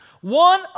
One